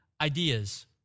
ideas